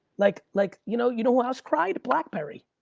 like like you know you know who else cried? blackberry,